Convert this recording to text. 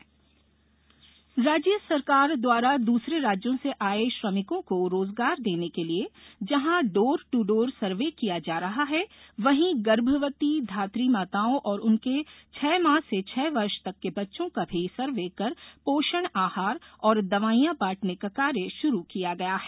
श्रमिक सर्वे राज्य सरकार द्वारा दूसरे राज्यों से आए श्रमिकों को रोजगार देने के लिए जहाँ डोर टू डोर सर्वे किया जा रहा है वहीं गर्भवती धात्री माताओं और उनके छः माह से छः वर्ष तक के बच्चों का भी सर्वे कर पोषण आहार और दवाइया बांटने का कार्य शुरू किया गया है